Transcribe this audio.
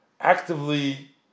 actively